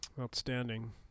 outstanding